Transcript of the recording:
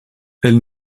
elles